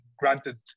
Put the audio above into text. granted